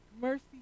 Mercy